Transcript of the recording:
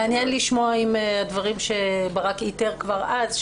מעניין לשמוע אם הדברים שברק לייזר איתר כבר אז,